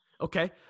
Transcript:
Okay